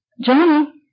Johnny